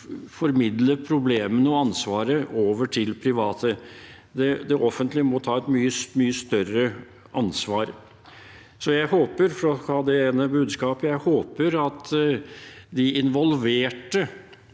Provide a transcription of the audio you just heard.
formidler problemene og ansvaret over til private. Det offentlige må ta et mye større ansvar. Jeg håper – for å ha det ene budskapet – at de involverte